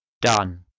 Done